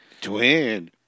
Twin